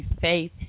faith